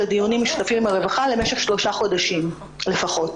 לדיונים משותפים עם הרווחה למשך שלושה חודשים לפחות.